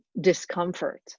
discomfort